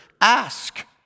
Ask